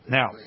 Now